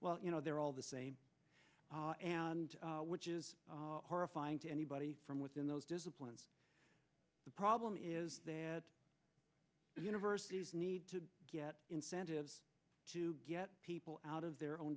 well you know they're all the same and which is horrifying to anybody from within those disciplines the problem is the universe need to get incentives to get people out of their own